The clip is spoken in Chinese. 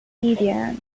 地点